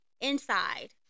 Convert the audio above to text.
inside